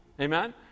amen